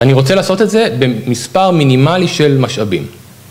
אני רוצה לעשות את זה במספר מינימלי של משאבים